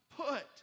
put